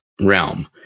realm